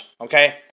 okay